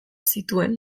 zituen